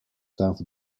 south